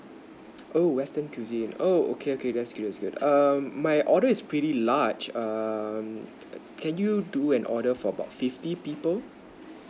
oh western cuisine oh okay okay that's good that's good err my order is pretty large err can you do an order for about fifty people